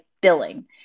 billing